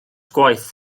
gwaith